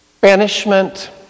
Banishment